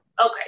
Okay